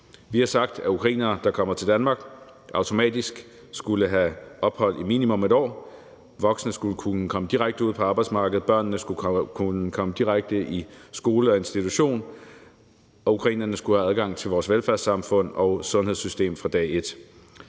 Vi har sagt, at ukrainere, der kommer til Danmark, automatisk skulle have ophold i minimum 1 år, at voksne skulle kunne komme direkte ud på arbejdsmarkedet, at børnene skulle kunne komme direkte i skole og institution, og at ukrainerne skulle have adgang til vores velfærdssamfund og sundhedssystem fra dag et.